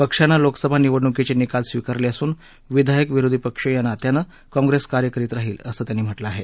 पक्षानं लोकसभा निवडणुकीचे निकाल स्विकारले असून विधायक विरोधी पक्ष या नात्यानं काँग्रेस कार्य करील असंही म्हटलं आहे